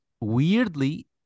weirdly